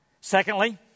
Secondly